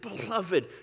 beloved